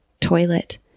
toilet